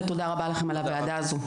ותודה לכם על הוועדה הזו.